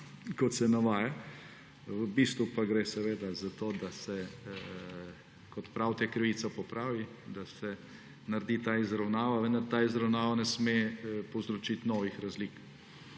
kot se navaja, v bistvu pa gre seveda za to, da se, kot pravite, krivica popravi, da se naredi ta izravnava. Vendar ta izravnava ne sme povzročiti novih razlik,